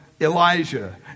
Elijah